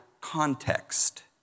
context